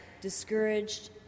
discouraged